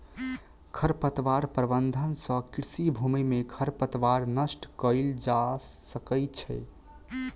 खरपतवार प्रबंधन सँ कृषि भूमि में खरपतवार नष्ट कएल जा सकै छै